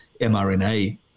mRNA